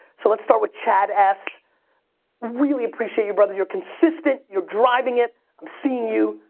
so let's start with chad s really appreciate you, brother. you're consistent, you're driving it i'm seeing you,